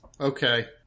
okay